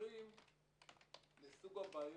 הנשלחים לסוג הבעיות.